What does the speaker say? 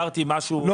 לא.